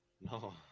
No